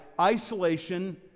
isolation